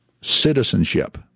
citizenship